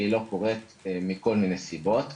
והיא לא קורית מכל מיני סיבות.